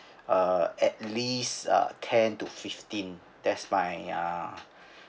uh at least uh ten to fifteen that's fine ya